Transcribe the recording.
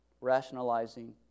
rationalizing